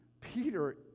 Peter